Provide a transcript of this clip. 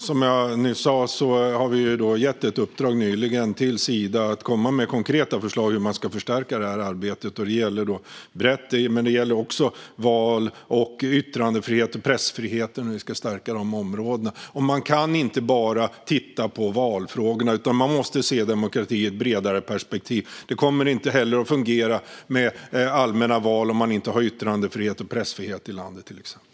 Fru talman! Som jag sa har vi nyligen gett ett uppdrag till Sida att komma med konkreta förslag om hur man ska förstärka arbetet. Detta gäller brett, men det gäller också val, yttrandefrihet och pressfrihet och hur vi ska stärka dessa områden. Man kan inte bara titta på valfrågor, utan man måste se demokrati i ett bredare perspektiv. Det kommer inte att fungera med allmänna val om man inte har yttrandefrihet eller pressfrihet i landet, till exempel.